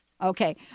Okay